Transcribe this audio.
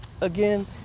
again